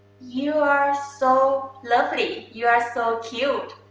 you are so lovely, you are so cute?